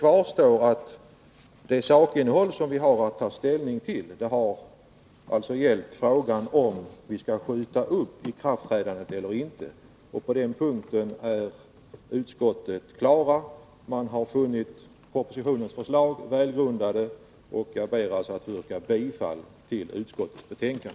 När det gäller det sakinnehåll vi har att ta ställning till — frågan om vi skall skjuta upp ikraftträdandet eller inte — är utskottets ställningstagande klart: Utskottet har funnit propositionens förslag välgrundade. Jag ber alltså att få yrka bifall till utskottets hemställan.